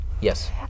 Yes